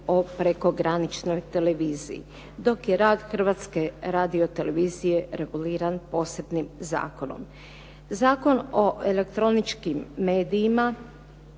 o prekograničnoj televiziji, dok je rad Hrvatske radiotelevizije reguliran posebnim zakonom. Zakon o elektroničkim medijima